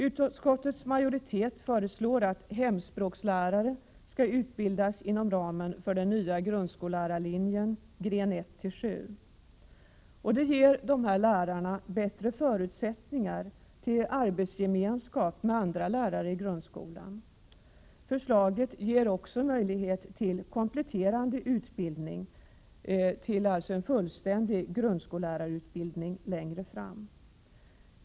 Utskottets majoritet föreslår att hemspråkslärare skall utbildas inom ramen för den nya grundskollärarlinjens gren 1-7. Det ger dessa lärare bättre förutsättningar till arbetsgemenskap med andra lärare i grundskolan. Förslaget ger också möjlighet till kompletterande utbildning, dvs. till en fullständig grundskollärarutbildning längre fram.